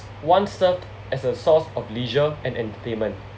once served as a source of leisure and entertainment